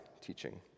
teaching